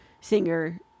singer